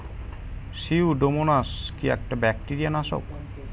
Pseudomonas কি একটা bacteria নাশক?